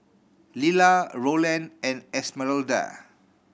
Lilla Rowland and Esmeralda